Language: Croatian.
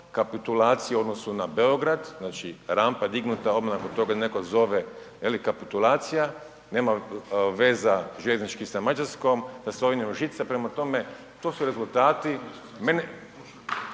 kapitulaciju u odnosu na Beograd, znači rampa dignuta, odmah nakon toga netko zove veli kapitulacija, nema veza željezničkih sa Mađarskom, sa Slovenijom žica. Prema tome, to su rezultati,